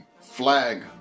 flag